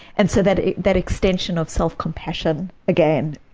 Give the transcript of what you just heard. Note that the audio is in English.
and so that that extension of self-compassion, again,